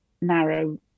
narrow